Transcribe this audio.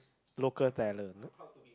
local tailor